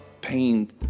pain